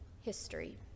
history